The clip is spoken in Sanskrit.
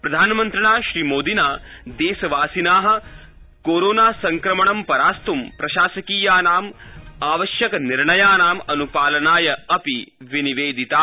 प्रधानमन्त्रिणा श्रीमोदिना देशवासिनः कोरोना संक्रमणं परास्तुं प्रशासकीयानां आवश्यकनिर्णयानां अन्पालनाय अपि विनिवेदिताः